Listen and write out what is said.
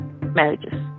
marriages